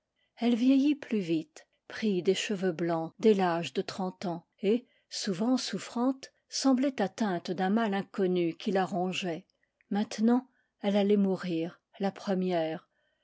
elle vieillit plus vite prit des cheveux blancs dès l'âge de trente ans et souvent souffrante semblait atteinte d'un mal inconnu qui la rongeait maintenant elle allait mourir la première